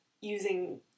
using